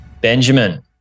Benjamin